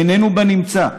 איננו בנמצא,